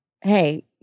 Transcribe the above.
hey